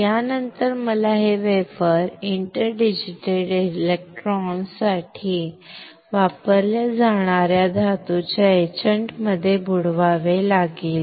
यानंतर मला हे वेफर इंटरडिजिटल इलेक्ट्रॉन्ससाठी वापरल्या जाणार्या धातूच्या एचंटमध्ये बुडवावे लागले